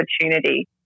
opportunity